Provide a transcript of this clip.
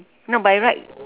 no by right